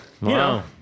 Wow